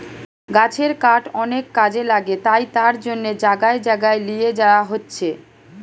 গাছের কাঠ অনেক কাজে লাগে তাই তার জন্যে জাগায় জাগায় লিয়ে যায়া হচ্ছে